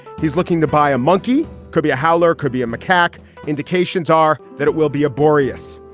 he's looking to buy a monkey. could be a howler. could be a mechanic. indications are that it will be a borias,